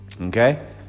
Okay